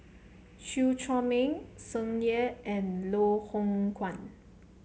Chew Chor Meng Tsung Yeh and Loh Hoong Kwan